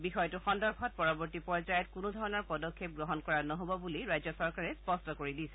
বিষয়টো সন্দৰ্ভত পৰৱৰ্তী পৰ্যায়ত কোনো ধৰণৰ পদক্ষেপ গ্ৰহণ কৰা নহব বুলি ৰাজ্য চৰকাৰে স্পট্ট কৰি দিছে